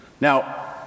now